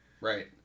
right